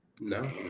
No